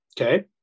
okay